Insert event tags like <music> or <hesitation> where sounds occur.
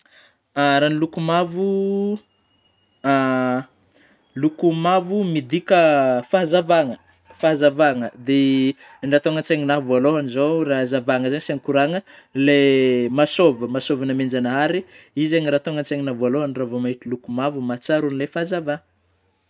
<hesitation> Raha ny loko mavo <hesitation> loko mavo midika fahazavagna fahazavagna dia ny raha tônga an-tsaigninahy voalohany zao raha hazavana zegny asiana koragna ilay masôva masôva nomen-janahary io zegny raha tonga an-tsaigninahy voalohany raha vao mahita mavo mahatsiaro ilay fahazava.